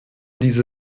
diese